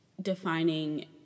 defining